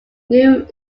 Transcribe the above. new